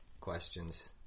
questions